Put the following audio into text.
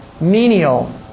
menial